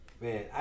man